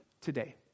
today